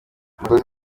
abakozi